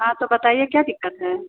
हाँ तो बताइए क्या दिक़्क़त है